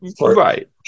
right